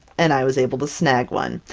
and i was able to snag one!